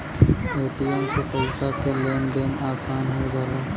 ATM से पइसा के लेन देन आसान हो जाला